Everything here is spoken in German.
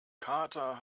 kater